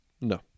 No